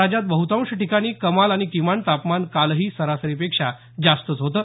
राज्यात बहुतांश ठिकाणी कमाल आणि किमान तापमान कालही सरासरीपेक्षा जास्तच होतं